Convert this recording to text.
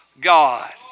God